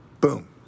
boom